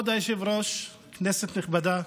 כבוד היושב-ראש, כנסת נכבדה,